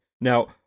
Now